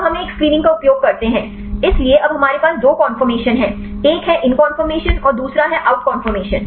तब हम एक स्क्रीनिंग का उपयोग करते हैं इसलिए अब हमारे पास दो कन्फोर्मशन है एक है इन कन्फोर्मशन और दूसरा है आउट कॉनफॉर्मेशन